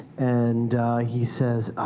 and he says, oh,